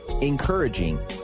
encouraging